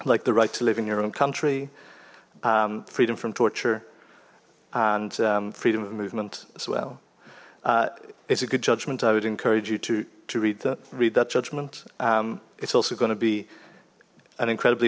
like the right to live in your own country freedom from torture and freedom of movement as well it's a good judgment i would encourage you to to read that read that judgment it's also going to be an incredibly